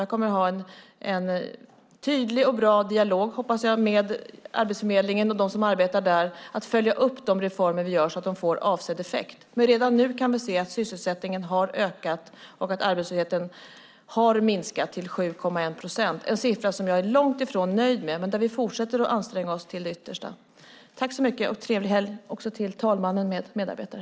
Jag kommer att ha en tydlig och bra dialog, hoppas jag, med Arbetsförmedlingen och dem som arbetar där för att följa upp de reformer vi gör så att de får avsedd effekt. Redan nu kan vi dock se att sysselsättningen har ökat och att arbetslösheten har minskat till 7,1 procent. Det är en siffra jag är långt ifrån nöjd med, men vi fortsätter att anstränga oss till det yttersta. Trevlig helg också till talmannen och medarbetare!